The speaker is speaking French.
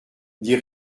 dit